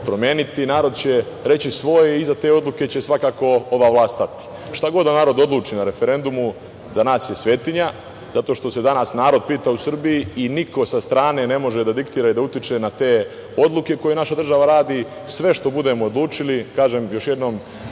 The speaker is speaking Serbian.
narod će reći svoje. Iza te odluke će svakako ova vlast stati. Šta god da narod odluči na referendumu za nas je svetinja, zato što se danas narod pita u Srbiji i niko sa strane ne može da diktira i da utiče na te odluke koje naša država radi. Sve što budemo odlučili, još jednom